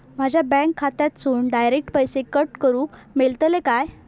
माझ्या बँक खात्यासून डायरेक्ट पैसे कट करूक मेलतले काय?